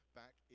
back